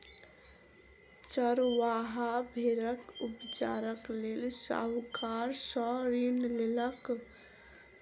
चरवाहा भेड़क उपचारक लेल साहूकार सॅ ऋण लेलक